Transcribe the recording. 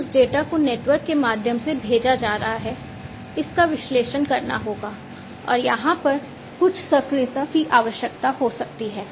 फिर इस डेटा को नेटवर्क के माध्यम से भेजा जा रहा है इसका विश्लेषण करना होगा और यहाँ पर कुछ सक्रियता की आवश्यकता हो सकती है